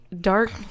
dark